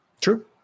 True